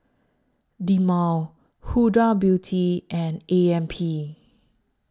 Dilmah Huda Beauty and A M P